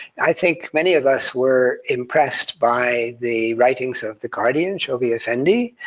i think many of us were impressed by the writings of the guardian shoghi effendi,